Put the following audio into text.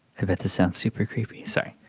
i bet this sounds super creepy. sorry.